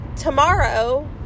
Tomorrow